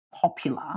popular